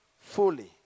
fully